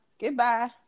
Goodbye